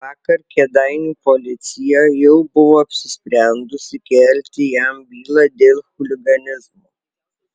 vakar kėdainių policija jau buvo apsisprendusi kelti jam bylą dėl chuliganizmo